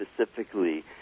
specifically